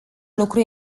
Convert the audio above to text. lucru